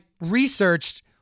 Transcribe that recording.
researched